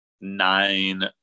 nine